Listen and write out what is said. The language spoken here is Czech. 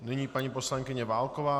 Nyní paní poslankyně Válková.